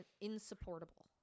insupportable